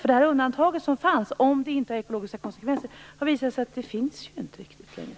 Det har visat sig att det undantag som fanns, om det inte har ekologiska konsekvenser, inte finns längre.